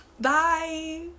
bye